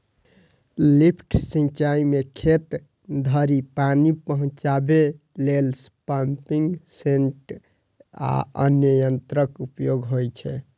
lift सिंचाइ मे खेत धरि पानि पहुंचाबै लेल पंपिंग सेट आ अन्य यंत्रक उपयोग होइ छै